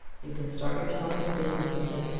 you can start yourself in business with it,